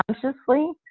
consciously